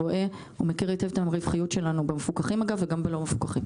מכיר היטב את הרווחיות שלנו במפוקחים וגם בלא מפוקחים.